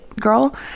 Girl